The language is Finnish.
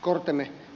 otimme